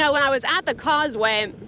so when i was at the causeway,